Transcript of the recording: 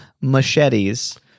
machetes